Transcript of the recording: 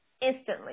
instantly